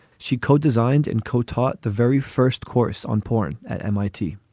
she co-designed and co-taught the very first course on porn at m i t.